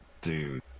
Dude